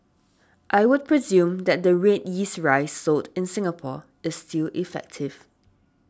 I would presume that the red yeast rice sold in Singapore is still effective